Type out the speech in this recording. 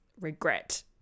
regret